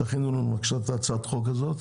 תכינו לנו את הצעת החוק הזאת,